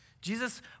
Jesus